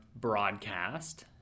broadcast